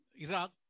Iraq